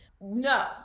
No